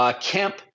Kemp